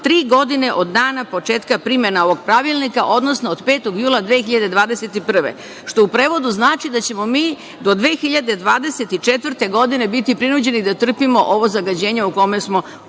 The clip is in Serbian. tri godine od dana početka primene ovog pravilnika, odnosno od 5. jula 2021. godine, što u prevodu znači da ćemo mi do 2024. godine biti prinuđeni da trpimo ovo zagađenje u kome se